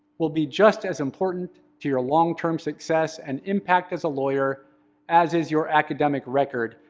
will be just as important to your long-term success and impact as a lawyer as is your academic record,